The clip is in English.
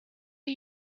are